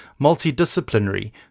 multidisciplinary